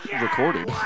Recording